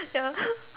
ya